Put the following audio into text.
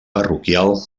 parroquial